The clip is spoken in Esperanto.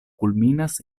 kulminas